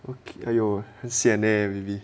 okay !aiyo! 很 sian leh baby